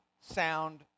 sound